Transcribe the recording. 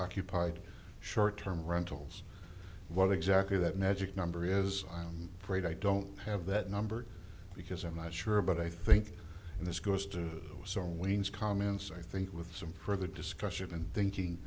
occupied short term rentals what exactly that magic number is i'm afraid i don't have that number because i'm not sure but i think and this goes to some wings comments i think with some further discussion and thinking